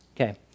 Okay